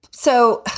so.